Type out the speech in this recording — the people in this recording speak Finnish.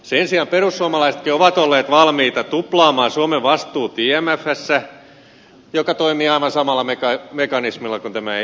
sen sijaan perussuomalaisetkin ovat olleet valmiita tuplaamaan suomen vastuut imfssä joka toimii aivan samalla mekanismilla kuin evm